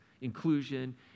inclusion